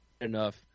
enough